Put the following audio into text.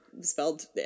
spelled